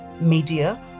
media